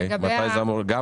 מתי זה אמור לקרות?